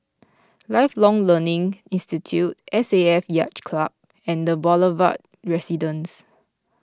Lifelong Learning Institute S A F Yacht Club and the Boulevard Residence